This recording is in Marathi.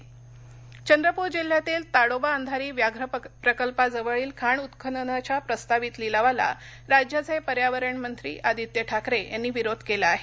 आदित्य ठाकरे चंद्रपूर जिल्ह्यातील ताडोबा अंधारी व्याघ्र प्रकल्पाजवळील खाण उत्खननाच्या प्रस्तावित लिलावाला राज्याचे पर्यावरण मंत्री आदित्य ठाकरे यांनी विरोध केला आहे